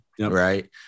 right